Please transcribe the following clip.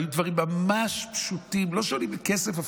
והיו דברים ממש פשוטים, שאפילו לא עולים כסף,